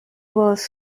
was